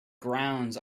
grounds